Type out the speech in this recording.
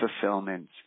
fulfillment